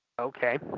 Okay